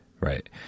Right